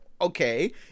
okay